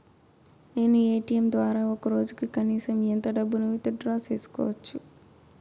నేను ఎ.టి.ఎం ద్వారా ఒక రోజుకి కనీసం ఎంత డబ్బును విత్ డ్రా సేసుకోవచ్చు?